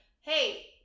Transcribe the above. hey